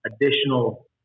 additional